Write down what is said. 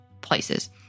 places